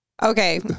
Okay